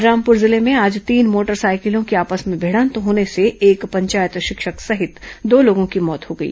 बलरामपुर जिले में आज तीन मोटरसाइकिलों की आपस में भिडंत होने से एक पंचायत शिक्षक सहित दो लोगों की मौत हो गई